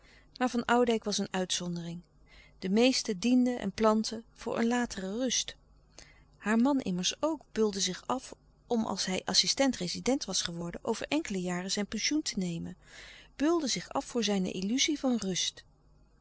maar van oudijck was een uitzondering de meesten dienden en plantten voor een latere rust haar man immers ook beulde zich af om als hij assistent-rezident was geworden over enkele jaren zijn pensioen te nemen beulde zich af voor zijne illuzie van rust